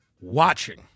watching